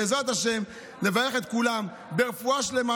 בעזרת השם נברך את כולם ברפואה שלמה,